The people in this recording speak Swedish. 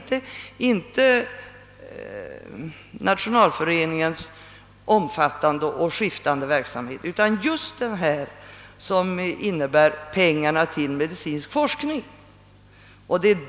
Det gäller inte Nationalföreningens omfattande och skiftande verksamhet i dess helhet utan just den del som innebär att bidrag ges till medicinsk forskning.